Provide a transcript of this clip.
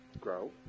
grow